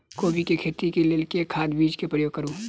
कोबी केँ खेती केँ लेल केँ खाद, बीज केँ प्रयोग करू?